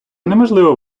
неможливо